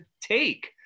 take